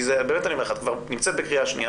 ואת כבר בקריאה שנייה,